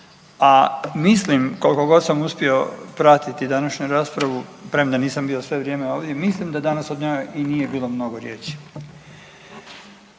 a mislim, koliko god sam uspio pratiti današnju raspravu, premda nisam bio sve vrijeme ovdje, mislim da danas o njoj i nije bilo mnogo riječi.